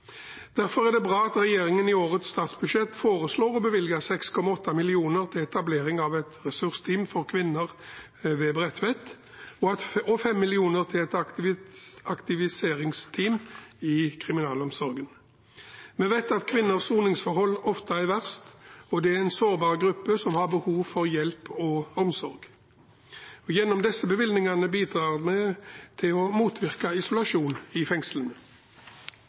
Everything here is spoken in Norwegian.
Derfor er det bra at regjeringen i årets statsbudsjett foreslår å bevilge 6,8 mill. kr til etablering av et ressursteam for kvinner ved Bredtveit, og 5 mill. kr til et aktiviseringsteam i kriminalomsorgen. Vi vet at kvinners soningsforhold ofte er verst, og at det er en sårbar gruppe som har behov for hjelp og omsorg. Gjennom disse bevilgningene bidrar vi til å motvirke isolasjon i fengslene.